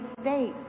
state